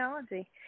technology